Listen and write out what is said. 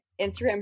Instagram